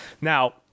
Now